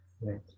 Right